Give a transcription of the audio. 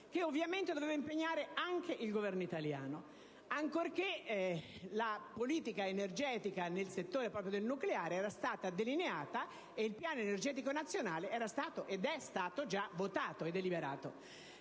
che ovviamente doveva impegnare anche il Governo italiano, ancorché la politica energetica nel settore del nucleare fosse stata delineata e il Piano energetico nazionale fosse stato già votato e deliberato.